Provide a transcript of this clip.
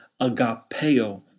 agapeo